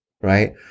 Right